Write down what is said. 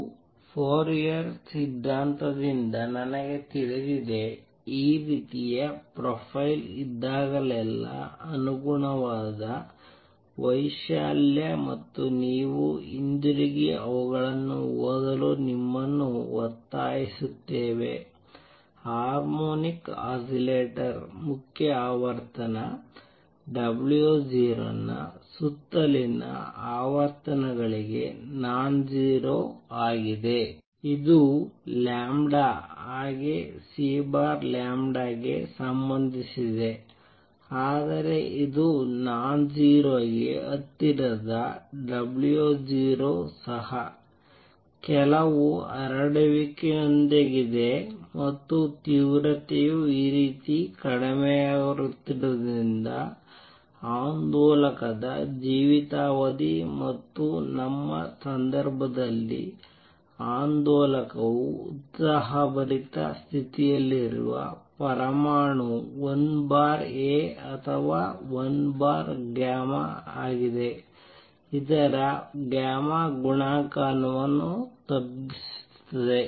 ಮತ್ತು ಫೋರಿಯರ್ ಸಿದ್ಧಾಂತದಿಂದ ನನಗೆ ತಿಳಿದಿದೆ ಈ ರೀತಿಯ ಪ್ರೊಫೈಲ್ ಇದ್ದಾಗಲೆಲ್ಲಾ ಅನುಗುಣವಾದ ವೈಶಾಲ್ಯ ಮತ್ತು ನೀವು ಹಿಂತಿರುಗಿ ಅವುಗಳನ್ನು ಓದಲು ನಿಮ್ಮನ್ನು ಒತ್ತಾಯಿಸುತ್ತೇವೆ ಹಾರ್ಮೋನಿಕ್ ಆಸಿಲೇಟರ್ ಮುಖ್ಯ ಆವರ್ತನ 0 ನ ಸುತ್ತಲಿನ ಆವರ್ತನಗಳಿಗೆ ನಾನ್ಜೆರೋ ಆಗಿದೆ ಇದು ಹಾಗೇ c ಗೆ ಸಂಬಂಧಿಸಿದೆ ಆದರೆ ಇದು ನಾನ್ಜೆರೋ ಗೆ ಹತ್ತಿರದ 0 ಸಹ ಕೆಲವು ಹರಡುವಿಕೆಯೊಂದಿಗಿದೆ ಮತ್ತು ತೀವ್ರತೆಯು ಈ ರೀತಿ ಕಡಿಮೆಯಾಗುತ್ತಿರುವುದರಿಂದ ಆಂದೋಲಕದ ಜೀವಿತಾವಧಿ ಮತ್ತು ನಮ್ಮ ಸಂದರ್ಭದಲ್ಲಿ ಆಂದೋಲಕವು ಉತ್ಸಾಹಭರಿತ ಸ್ಥಿತಿಯಲ್ಲಿರುವ ಪರಮಾಣು 1A ಅಥವಾ 1γ ಆಗಿದೆ ಇದರ ಗುಣಾಂಕವನ್ನು ತಗ್ಗಿಸುತ್ತದೆ